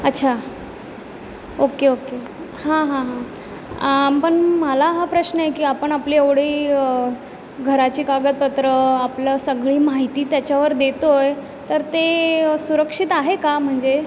अच्छा okay okay हां हां हां पण मला हा प्रश्न आहे की आपण आपली एवढी घराची कागदपत्रं आपलं सगळी माहिती त्याच्यावर देतो आहे तर ते सुरक्षित आहे का म्हणजे